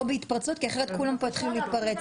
בהצבעה ולא בהתפרצות כי אחרת כולם כאן יתחילו להתפרץ.